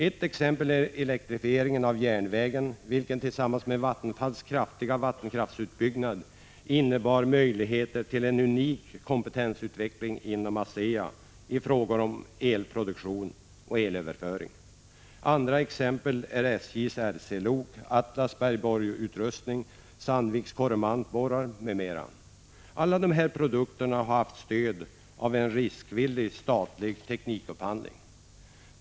Ett exempel på detta är elektrifieringen av järnvägen, vilken tillsammans med Vattenfalls kraftiga utbyggnad innebar möjlighet till en unik kompetensutveckling inom ASEA i frågor 83 om elproduktion och elöverföring. Andra exempel är SJ:s Rc-lok, Atlas bergborrutrustning, Sandvik Coromants borrar m.m. Alla dessa produkter har stötts genom en riskvillig statlig teknikupphandling.